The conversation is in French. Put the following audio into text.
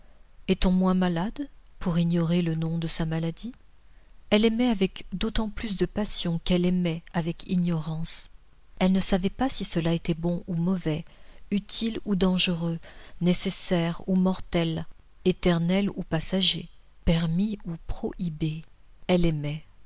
est-on moins malade pour ignorer le nom de sa maladie elle aimait avec d'autant plus de passion qu'elle aimait avec ignorance elle ne savait pas si cela est bon ou mauvais utile ou dangereux nécessaire ou mortel éternel ou passager permis ou prohibé elle aimait